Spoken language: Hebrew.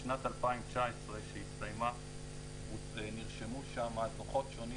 בשנת 2019 שהסתיימה נרשמו שם דו"חות שונים